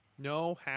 No